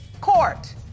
court